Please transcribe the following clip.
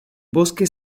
bosque